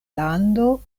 lando